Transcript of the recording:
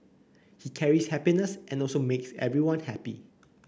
he carries happiness and also makes everyone happy